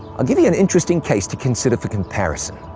i'll give you an interesting case to consider for comparison.